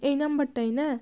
এই নাম্বারটাই না